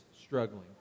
struggling